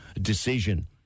decision